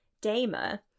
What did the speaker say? Damer